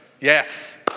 Yes